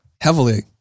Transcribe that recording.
Heavily